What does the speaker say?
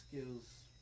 skills